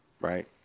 right